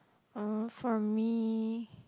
uh for me